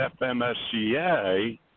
FMSCA